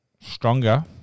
Stronger